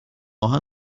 آهن